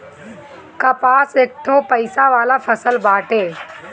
कपास एकठो पइसा वाला फसल बाटे